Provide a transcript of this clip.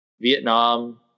Vietnam